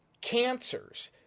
Cancers